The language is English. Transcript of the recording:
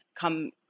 come